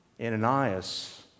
Ananias